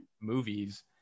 movies